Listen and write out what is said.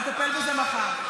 נטפל בזה מחר.